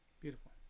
Beautiful